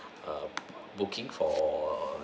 err booking for err